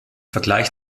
vergleich